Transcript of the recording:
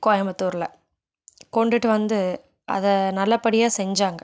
கோயம்புத்தூர்ல கொண்டுட்டு வந்து அதை நல்லபடியாக செஞ்சாங்கள்